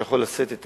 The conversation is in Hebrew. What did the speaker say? שיכול לשאת את